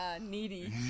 needy